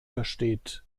versteht